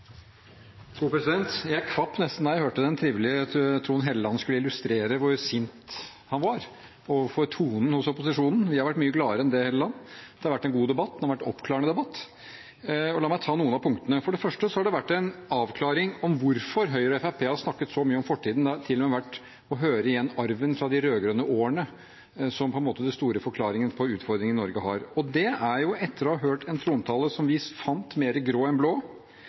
Jeg kvapp nesten da jeg hørte den trivelige Trond Helleland skulle illustrere hvor sint han var for tonen hos opposisjonen. Vi har vært mye gladere enn det, Helleland. Det har vært en god debatt. Det har vært en oppklarende debatt. La meg ta noen av punktene. For det første har det vært en avklaring av hvorfor Høyre og Fremskrittspartiet har snakket så mye om fortiden. Det har til og med igjen vært å høre om arven fra de rød-grønne årene som på en måte den store forklaringen på utfordringer Norge har. Det er etter å ha hørt en trontale som vi fant mer grå enn blå.